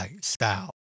style